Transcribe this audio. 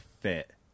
fit